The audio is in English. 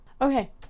Okay